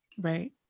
right